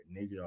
nigga